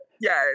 yes